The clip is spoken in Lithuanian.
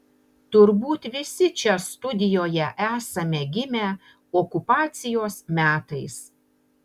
turbūt visi čia studijoje esame gimę okupacijos metais